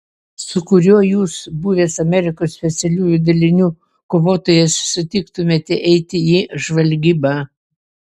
su kuriuo jūs buvęs amerikos specialiųjų dalinių kovotojas sutiktumėte eiti į žvalgybą